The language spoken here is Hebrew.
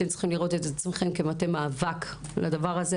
אתם צריכים לראות את עצמכם כמטה מאבק לדבר הזה.